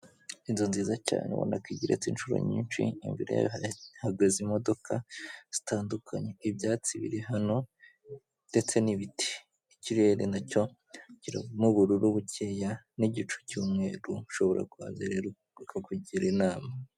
Inzu nziza cyane ubona ko igeretse inshuro nyinshi, imbere yayo hahagaze imodoka zitandukanye. Ibyatsi biri hano ndetse n'ibiti. Ikirere na cyo kirimo ubururu bukeya n'igicu cy'umweru, ushobora kuhaza rero bakakugira inama.